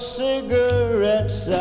cigarettes